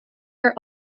are